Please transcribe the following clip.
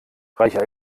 reiche